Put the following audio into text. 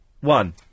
one